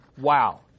Wow